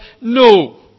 no